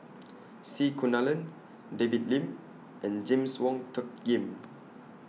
C Kunalan David Lim and James Wong Tuck Yim